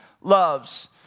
loves